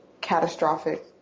catastrophic